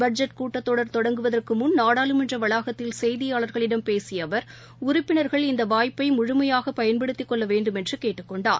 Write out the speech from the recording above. budget கூட்டத்தொடர் தொடங்குவதற்குமுன் நாடாளுமன்றவளாகத்தில் செய்தியாளர்களிடம் பேசியபிரதமர் உறுப்பினர்கள் இந்தவாய்ப்பைமுழுமையாகபயன்படுத்திகொள்ளவேண்டுமென்றுகேட்டுக்கொண்டார்